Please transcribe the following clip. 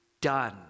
done